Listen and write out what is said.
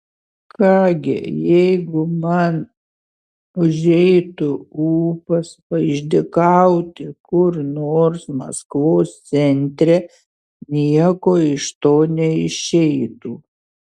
ką gi jeigu man užeitų ūpas paišdykauti kur nors maskvos centre nieko iš to neišeitų